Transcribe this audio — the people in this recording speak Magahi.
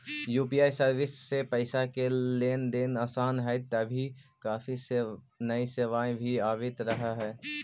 यू.पी.आई सर्विस से पैसे का लेन देन आसान हई तभी काफी नई सेवाएं भी आवित रहा हई